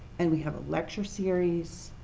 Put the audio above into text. and we have a lecture series,